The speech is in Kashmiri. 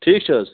ٹھیٖک چھےٚ حظ